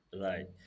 right